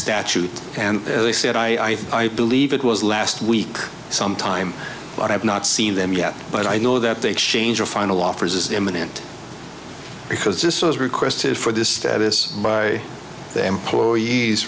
statute and they said i believe it was last week sometime but i've not seen them yet but i know that they change a final offer is imminent because this was requested for this status by the employees